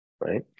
right